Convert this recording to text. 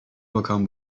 bakan